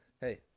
Hey